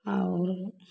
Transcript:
और